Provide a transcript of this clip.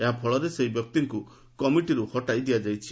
ଏହା ଫଳରେ ସେହି ବ୍ୟକ୍ତିଙ୍କୁ କମିଟିରୁ ହଟାଇ ଦିଆଯାଇଛି